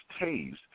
tased